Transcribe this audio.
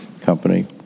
Company